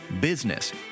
business